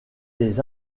les